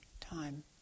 time